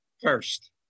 First